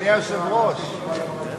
אדוני היושב-ראש, ניתן